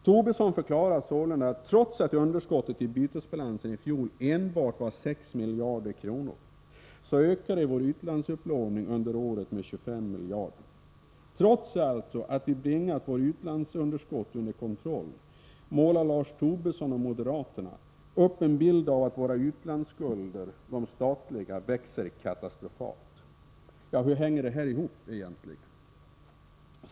Tobisson förklarar sålunda att trots att underskottet i bytesbalansen i fjol enbart var 6 miljarder kronor, så ökade vår utlandsupplåning under året med 25 miljarder. Trots alltså att vi bringat våra utlandsunderskott under kontroll, målar Lars Tobisson och moderaterna upp en bild av att våra utlandsskulder, de statliga, växer katastrofalt. Hur hänger det ihop egentligen?